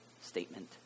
statement